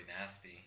nasty